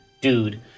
dude